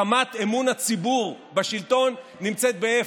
רמת אמון הציבור בשלטון נמצאת באפס.